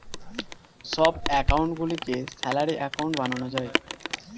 সব অ্যাকাউন্ট গুলিকে salary account বানানো যায়